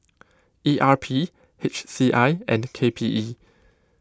E R P H C I and K P E